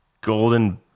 golden